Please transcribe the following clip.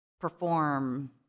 perform